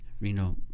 Reno